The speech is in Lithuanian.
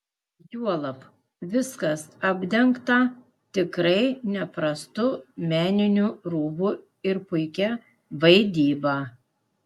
juolab viskas apdengta tikrai neprastu meniniu rūbu ir puikia vaidyba